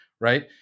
right